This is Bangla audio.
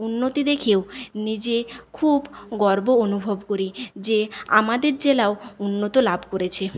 উন্নতি দেখেও নিজে খুব গর্ব অনুভব করি যে আমাদের জেলাও উন্নতি লাভ করেছে